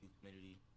community